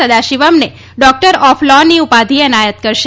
સદાશિવમને doctor of લોની ઉપાધિ એનાયત કરશે